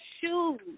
shoes